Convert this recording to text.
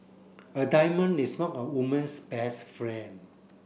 a diamond is not a woman's best friend